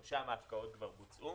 גם שם ההפקעות כבר בוצעו.